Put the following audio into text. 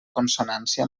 consonància